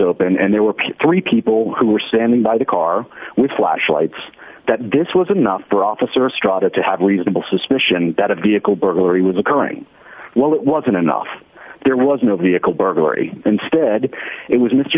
open and there were picked three people who were standing by the car with flashlights that this was enough for officer strada to have reasonable suspicion that a vehicle burglary was occurring while it wasn't enough there was no vehicle burglary instead it was mr